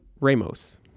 Ramos